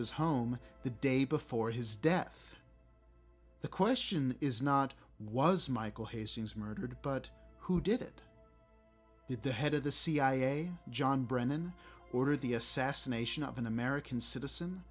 his home the day before his death the question is not was michael hastings murdered but who did it the head of the cia john brennan ordered the assassination of an american citizen